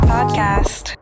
Podcast